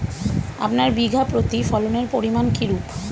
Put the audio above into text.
আপনার বিঘা প্রতি ফলনের পরিমান কীরূপ?